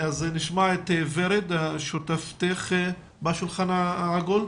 נשמע את ורד, שותפתך בשולחן העגול.